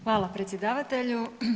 Hvala predsjedavatelju.